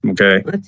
Okay